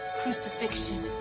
crucifixion